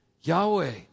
Yahweh